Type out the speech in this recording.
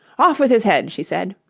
off with his head she said,